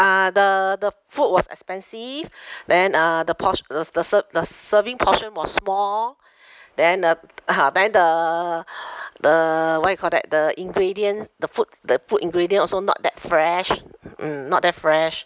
uh the the food was expensive then uh the portio~ the the ser~ the s~ serving portion was small then uh (uh huh) then the the what you call that the ingredient the food the food ingredient also not that fresh mm not that fresh